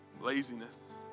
laziness